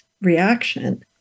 reaction